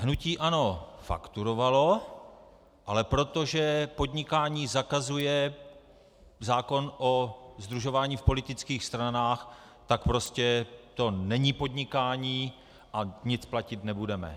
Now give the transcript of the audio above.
Hnutí ANO fakturovalo, ale protože podnikání zakazuje zákon o sdružování v politických stranách, tak prostě to není podnikání a nic platit nebudeme.